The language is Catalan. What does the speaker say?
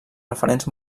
referents